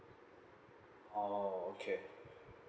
orh okay